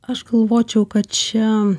aš galvočiau kad čia